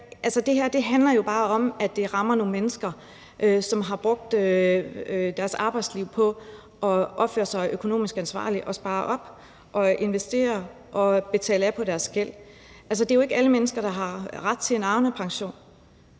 Det her handler jo bare om, at det rammer nogle mennesker, som har brugt deres arbejdsliv på at opføre sig økonomisk ansvarligt og spare op og investere og betale af på deres gæld. Det er jo ikke alle mennesker, der har ret til en Arnepension,